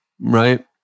right